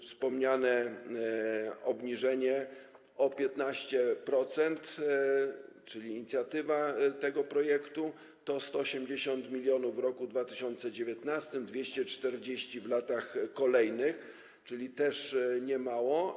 Wspomniane obniżenie o 15%, czyli inicjatywa tego projektu, to 180 mln w roku 2019, 240 w latach kolejnych, czyli to nie jest mało.